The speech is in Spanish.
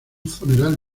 funeral